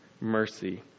mercy